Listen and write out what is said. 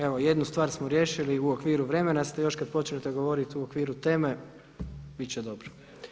Evo jednu stvar smo riješili u okviru vremena ste još kada počnete govoriti u okviru teme bit će dobro.